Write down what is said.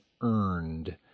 earned